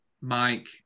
Mike